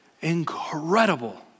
incredible